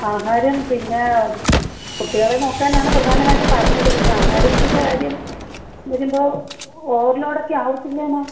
ആഹാരം പിന്നെ കുട്ടികളെ നോക്കാനാണ് പ്രധാനമായിട്ടും പറഞ്ഞത് പിന്നെ ആഹാരത്തിൻ്റെ കാര്യം വരുമ്പോൾ ഓവർലോഡൊക്കെ ആവത്തില്ലേ മേം